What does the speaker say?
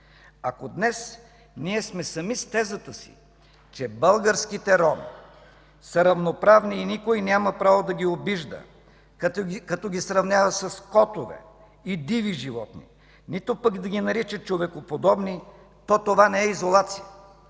Ако днес ние сме сами с тезата си, че българските роми са равноправни и никой няма право да ги обижда, като ги сравнява със скотове и диви животни, нито пък да ги нарича „човекоподобни”, то това не е изолация.